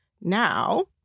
now